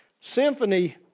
Symphony